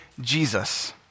Jesus